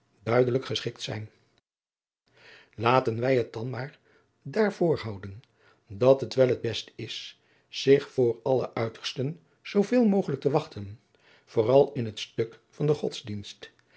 duidelijk geschikt zijn laten wij het dan maar daarvoor houden dat het wel het best is zich voor alle uitersten zooveel mogelijk te wachten vooral in het stuk van den godsdienst